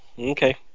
Okay